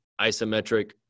isometric